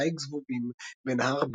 דיג זבובים בנהר בלו,